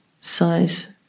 size